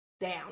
Down